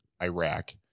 Iraq